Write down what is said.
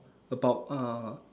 about uh